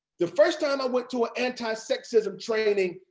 the first time i went to an anti-sexism training,